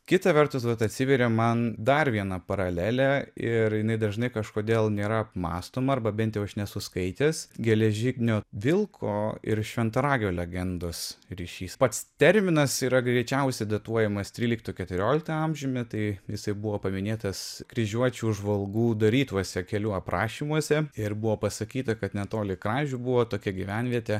kita vertus vat atsiveria man dar viena paralelė ir jinai dažnai kažkodėl nėra apmąstoma arba bent jau aš nesu skaitęs geležinio vilko ir šventaragio legendos ryšys pats terminas yra greičiausiai datuojamas tryliktu keturioliktu amžiumi tai jisai buvo paminėtas kryžiuočių žvalgų darytuose kelių aprašymuose ir buvo pasakyta kad netoli kražių buvo tokia gyvenvietė